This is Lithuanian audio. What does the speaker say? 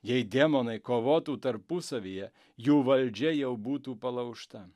jei demonai kovotų tarpusavyje jų valdžia jau būtų palaužta